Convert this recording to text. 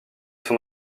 son